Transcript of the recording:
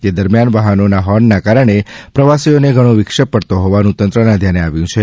જે દરમ્યાન વાહનોના હોર્નના કારણે પ્રવાસીઓને ઘણો વિક્ષેપ પડતો હોવાનું તંત્રના ધ્યાને આવ્યું છે